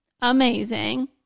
amazing